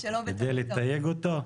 כדי לתייג אותו?